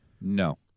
No